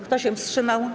Kto się wstrzymał?